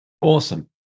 awesome